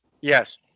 Yes